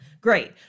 Great